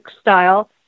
style